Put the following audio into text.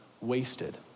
wasted